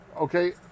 Okay